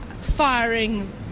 firing